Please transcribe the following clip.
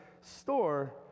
store